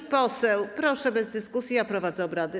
Pani poseł, proszę bez dyskusji, ja prowadzę obrady.